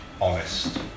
honest